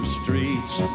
streets